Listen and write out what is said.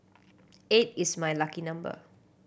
eight is my lucky number